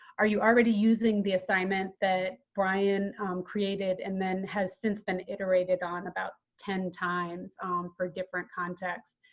are you already using the assignment that brian created and then has since been iterated on about ten times for different contexts?